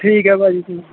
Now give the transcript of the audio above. ਠੀਕ ਹੈ ਭਾਅ ਜੀ ਠੀਕ